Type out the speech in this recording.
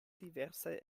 diversaj